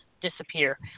disappear